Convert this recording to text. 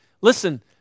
Listen